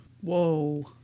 Whoa